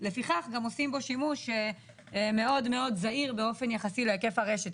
לפיכך גם עושים בו שימוש מאוד זעיר באופן יחסי להיקף הרשת.